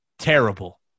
Terrible